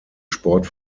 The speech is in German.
sport